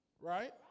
Right